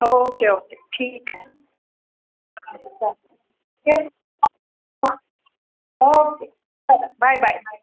okay okay ठीक आहे के हां ओके चला बाय बाय बाय